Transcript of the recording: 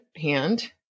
hand